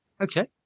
Okay